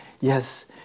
yes